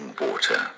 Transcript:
water